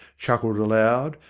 chuckled aloud,